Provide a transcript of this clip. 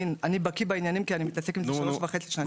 אני בקיא בעניינים כי אני מתעסק עם זה שלוש וחצי שנים.